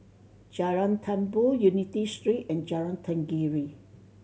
Jalan Tambur Unity Street and Jalan Tenggiri